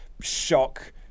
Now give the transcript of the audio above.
shock